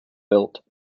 built